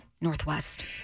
Northwest